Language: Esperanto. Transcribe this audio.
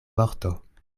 vorto